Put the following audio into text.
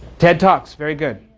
ted talks, very good.